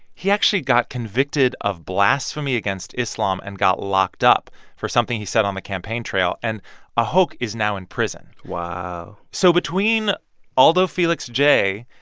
he actually got convicted of blasphemy against islam and got locked up for something he said on the campaign trail. and ahok is now in prison wow so between alldo fellix j.